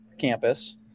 campus